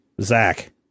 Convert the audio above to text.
zach